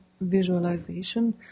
visualization